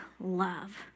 love